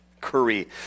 Curry